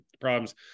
problems